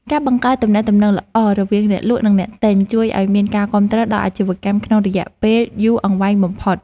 ការបង្កើតទំនាក់ទំនងល្អរវាងអ្នកលក់ និងអ្នកទិញជួយឱ្យមានការគាំទ្រដល់អាជីវកម្មក្នុងរយៈពេលយូរអង្វែងបំផុត។